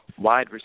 wide